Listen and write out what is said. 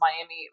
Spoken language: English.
Miami